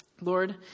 Lord